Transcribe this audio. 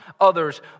others